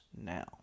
now